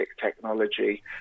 technology